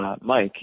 Mike